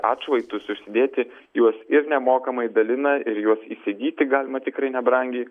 atšvaitus užsidėti juos ir nemokamai dalina ir juos įsigyti galima tikrai nebrangiai